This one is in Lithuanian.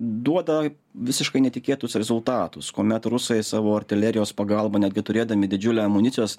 duoda visiškai netikėtus rezultatus kuomet rusai savo artilerijos pagalba netgi turėdami didžiulę amunicijos